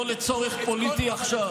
לא לצורך פוליטי עכשיו.